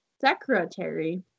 Secretary